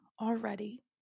already